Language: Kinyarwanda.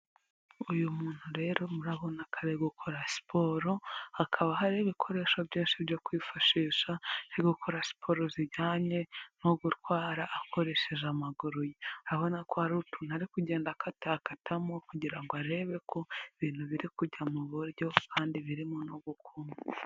Uyu muntu rero murabona ko ari gukora siporo, hakaba hari ibikoresho byose byo kwifashisha byo gukora siporo zijyanye no gutwara akoresheje amaguru ye. Urabona ko hari utuntu ari kugenda akatakakatamo kugira ngo arebe ko ibintu biri kujya mu buryo kandi birimo no gukunda.